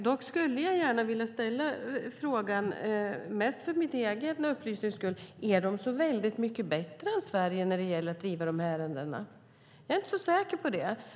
Dock skulle jag gärna vilja ställa frågan, mest för min egen upplysnings skull, om de är så väldigt mycket bättre än Sverige när det gäller att driva de här ärendena. Jag är inte så säker på det.